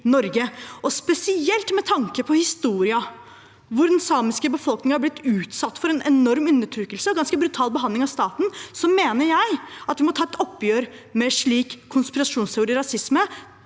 Norge. Spesielt med tanke på historien at og at den samiske befolkningen har blitt utsatt for en enorm undertrykkelse og en ganske brutal behandling av staten, mener jeg at vi må ta et oppgjør med slike kon